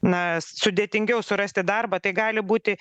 na sudėtingiau surasti darbą tai gali būti